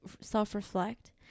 self-reflect